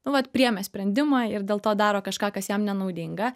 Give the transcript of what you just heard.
nu vat priėmė sprendimą ir dėl to daro kažką kas jam nenaudinga